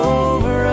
over